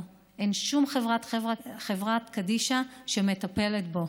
אין שום חברת קדישא שמטפלת בו.